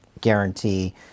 guarantee